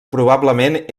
probablement